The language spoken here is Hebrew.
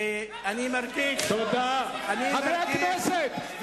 ואני מרגיש, חברי הכנסת,